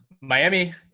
Miami